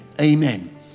Amen